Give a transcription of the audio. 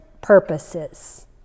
purposes